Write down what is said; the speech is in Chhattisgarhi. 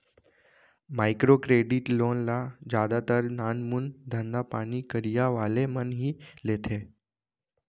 माइक्रो क्रेडिट लोन ल जादातर नानमून धंधापानी करइया वाले मन ह ही लेथे